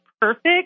perfect